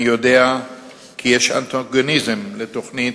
אני יודע שיש אנטגוניזם כלפי התוכנית,